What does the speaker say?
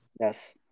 Yes